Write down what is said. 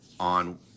On